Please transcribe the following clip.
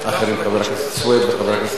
חבר הכנסת סוייד וחבר הכנסת אגבאריה,